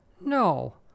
No